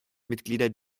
mitglieder